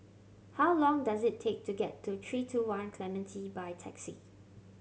how long does it take to get to Three Two One Clementi by taxi